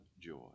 joy